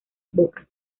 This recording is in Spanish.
bocas